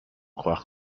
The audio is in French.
croire